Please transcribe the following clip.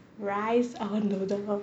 rice or noodle